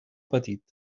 petit